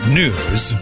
news